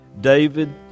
David